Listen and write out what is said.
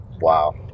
Wow